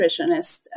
nutritionist